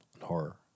horror